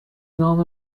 نام